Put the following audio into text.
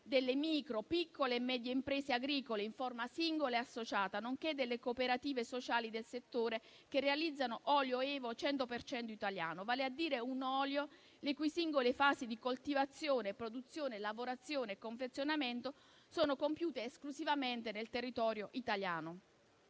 delle micro, piccole e medie imprese agricole in forma singola e associata, nonché delle cooperative sociali del settore che realizzano olio EVO 100 per cento italiano: vale a dire un olio le cui singole fasi di coltivazione, produzione, lavorazione e confezionamento sono compiute esclusivamente nel territorio italiano.